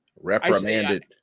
reprimanded